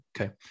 okay